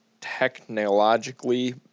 technologically